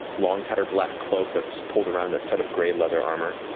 long tattered black cloak that's pulled around a set of gray leather armor.